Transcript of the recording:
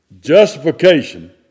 Justification